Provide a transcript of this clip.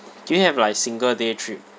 can I have like single day trip